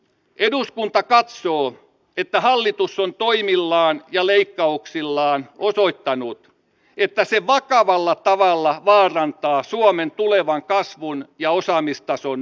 eduskunta katsoo että hallitus on toimillaan ja leikkauksillaan osoittanut että se vakavalla tavalla vaarantaa suomen tulevan kasvun ja osaamistason nousun